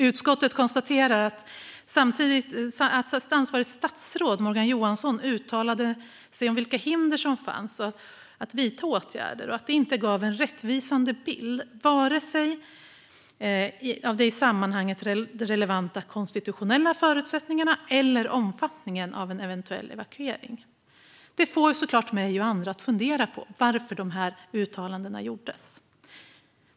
Utskottet konstaterar att ansvarigt statsråd Morgan Johansson uttalade sig om vilka hinder som fanns för att vidta åtgärder och att det inte gav en rättvisande bild av vare sig de i sammanhanget relevanta konstitutionella förutsättningarna eller omfattningen av en eventuell evakuering. Det får såklart mig och andra att fundera på varför uttalandena gjordes.